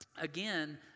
again